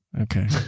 Okay